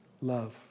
Love